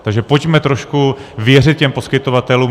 Takže pojďme trošku věřit těm poskytovatelům.